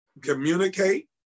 communicate